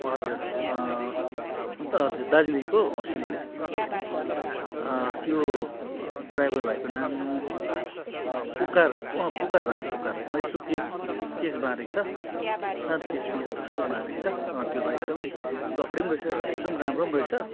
हजुर अन्त हजुर दार्जिलिङको सिलगढी जाँदाखेरि त्यो ड्राइभर भाइको नाम पुकार पुकार राई पुकार राई यसो केश बाँधेको छ सानो केश यहाँ टुसुक्क बाँधेको छ त्यो भाइ एकदमै गफाडी पनि रहेछ भाइ एकदम राम्रो पनि रहेछ